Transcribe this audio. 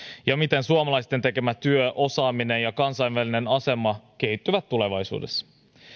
ja miten suomalaisten tekemä työ osaaminen ja kansainvälinen asema kehittyvät tulevaisuudessa